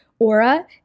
aura